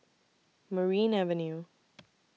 Merryn Avenue